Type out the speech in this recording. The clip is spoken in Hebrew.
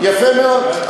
יפה מאוד.